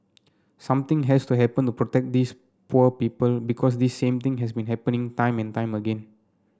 something has to happen to protect these poor people because this same thing has been happening time and time again